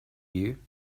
you